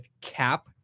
Cap